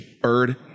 bird